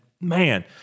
man